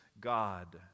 God